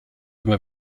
immer